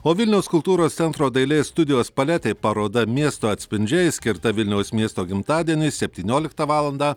o vilniaus kultūros centro dailės studijos paletė paroda miesto atspindžiai skirta vilniaus miesto gimtadieniui septynioliktą valandą